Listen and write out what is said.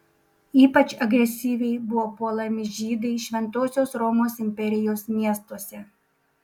ypač agresyviai buvo puolami žydai šventosios romos imperijos miestuose